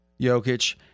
Jokic